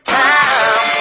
time